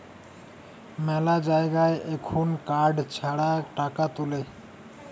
মেলা জায়গায় এখুন কার্ড ছাড়া টাকা তুলে